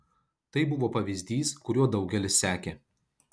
tai buvo pavyzdys kuriuo daugelis sekė